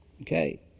Okay